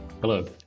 Hello